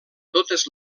totes